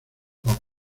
hop